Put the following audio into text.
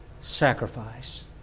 sacrifice